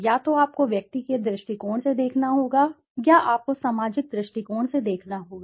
या तो आपको व्यक्ति के दृष्टिकोण से देखना होगा या आपको सामाजिक दृष्टिकोण से देखना होगा